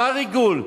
מה ריגול?